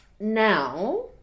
Now